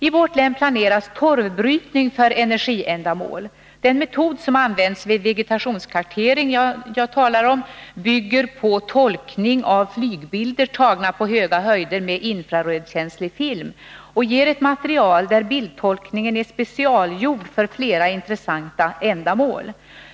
I vårt län planeras torvbrytning för energiändamål. Den metod som används vid den vegetationskartering jag talar om bygger på tolkning av flygbilder tagna på höga höjder med infrarödkänslig film och ger ett material där bildtolkningen är så att säga specialgjord för flera intressanta ändamål.